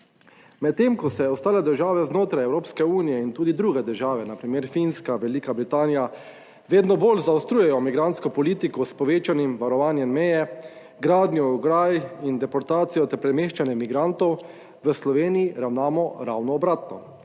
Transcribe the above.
Medtem ko se ostale države znotraj Evropske unije in tudi druge države, na primer Finska, Velika Britanija, vedno bolj zaostrujejo migrantsko politiko s povečanim varovanjem meje, gradnjo ograj in deportacijo ter premeščanje migrantov v Sloveniji ravnamo ravno obratno.